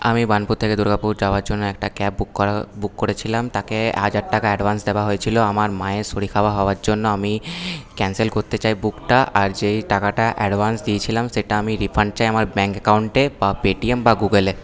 আমি বার্নপুর থেকে দুর্গাপুর যাওয়ার জন্য একটা ক্যাব বুক করা বুক করেছিলাম তাকে হাজার টাকা অ্যাডভান্স দেওয়া হয়েছিলো আমার মায়ের শরীর খারাপ হওয়ার জন্য আমি ক্যানসেল করতে চাই বুকটা আর যেই টাকাটা অ্যাডভান্স দিয়েছিলাম সেটা আমি রিফান্ড চাই আমার ব্যাঙ্ক অ্যাকাউন্টে বা পেটিএম বা গুগলে